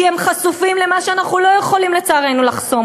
כי הם חשופים למה שאנחנו לא יכולים לצערנו לחסום,